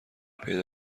پیدا